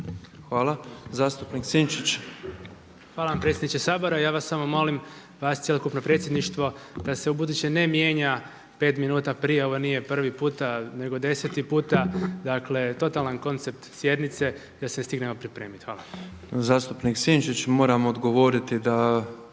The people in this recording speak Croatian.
Hvala vam predsjedniče Sabora. Ja vas samo molim, vas i cjelokupno predsjedništvo da se ubuduće ne mijenja 5 minuta prije. Ovo nije prvi put nego deseti puta, dakle totalan koncept sjednice, da se stignemo pripremiti. Hvala. **Petrov, Božo (MOST)** Zastupnik Sinčić moram odgovoriti da